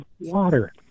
water